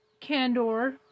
candor